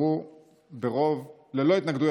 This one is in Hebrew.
התשפ"א